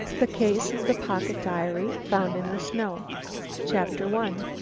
the case of the pocket diary found in the snow chapter one.